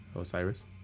Osiris